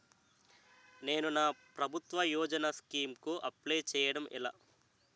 నేను నా ప్రభుత్వ యోజన స్కీం కు అప్లై చేయడం ఎలా?